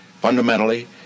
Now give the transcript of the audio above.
Fundamentally